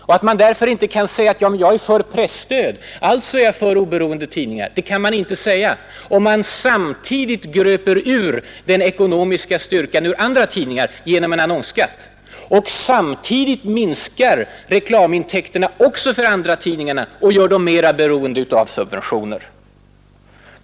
Man kan därför inte säga: ”Ja, men jag är för presstöd, alltså är jag för oberoende tidningar”, om man samtidigt gröper ur den ekonomiska styrkan ur andra tidningar genom en annonsskatt och vidare minskar reklamintäkterna också för andratidningarna och gör dem mera beroende av subventioner.